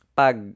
pag